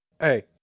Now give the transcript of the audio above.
hey